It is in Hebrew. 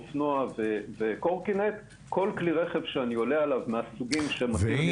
אופנוע וקורקינט כל כלי רכב שאני עולה עליו מהסוגים שיש לי